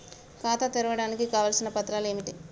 ఖాతా తెరవడానికి కావలసిన పత్రాలు ఏమిటి?